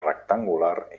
rectangular